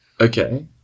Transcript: Okay